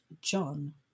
John